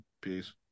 Peace